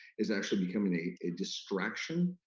is actually becoming a a distraction,